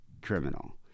criminal